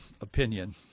opinion